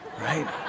right